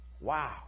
Wow